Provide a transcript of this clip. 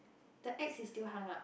the ex is still hung up